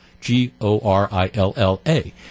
G-O-R-I-L-L-A